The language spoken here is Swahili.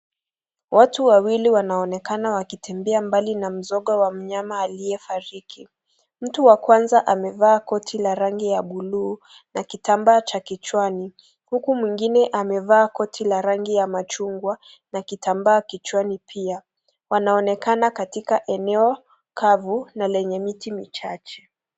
Watu wawili wanaonekana wakikimbia mbali na mdongo wa mnyama aliyefariki. Mtu wa kwanza amevaa koti la rangi ya bluu na kitambaa cha kichwani huku mwingine amevaa koti la rangi ya machungwa na kitambaa kichwani pia. Wanaonekana katika eneo la kavu na lenye miti michache.